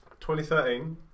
2013